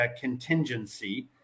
contingency